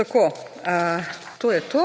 Tako. To je to.